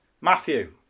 Matthew